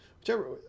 Whichever